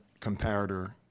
comparator